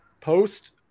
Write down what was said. post